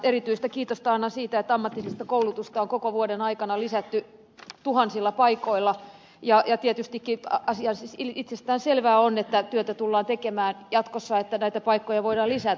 erityistä kiitosta annan siitä että ammatillista koulutusta on koko vuoden aikana lisätty tuhansilla paikoilla ja tietystikin itsestäänselvää on että työtä tullaan tekemään jatkossa että näitä paikkoja voidaan lisätä